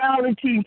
reality